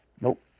Nope